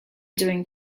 doing